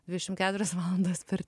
dvidešim keturias valandas per